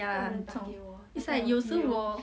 ya 很重 it's like 有时我